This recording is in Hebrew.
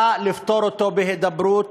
נא לפתור אותו בהידברות.